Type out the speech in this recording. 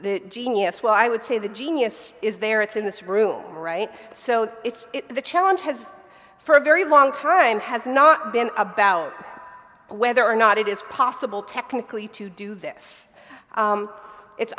the genius well i would say the genius is there it's in this room right so it's the challenge has for a very long time has not been about whether or not it is possible technically to do this it's